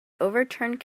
overturned